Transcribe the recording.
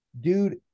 dude